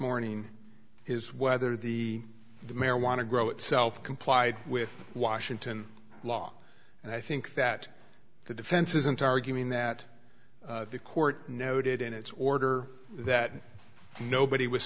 morning is whether the the marijuana grow itself complied with washington law and i think that the defense isn't arguing that the court noted in its order that nobody was